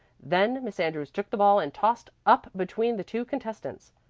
then miss andrews took the ball and tossed up between the two contestants.